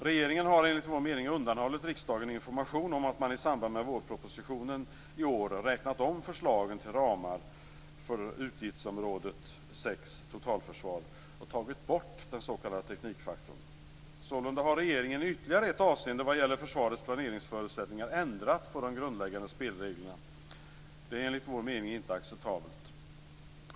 Regeringen har enligt vår mening undanhållit riksdagen information om att man i samband med vårpropositionen 1998 räknat om förslagen till ramar för utgiftsområde 6, Totalförsvar, och tagit bort den s.k. teknikfaktorn. Sålunda har regeringen i ytterligare ett avseende vad gäller försvarets planeringsförutsättningar ändrat på de grundläggande spelreglerna. Det är enligt vår mening inte acceptabelt.